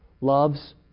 loves